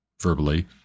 verbally